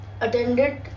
attended